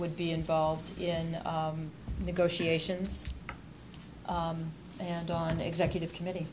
would be involved in negotiations and on the executive committee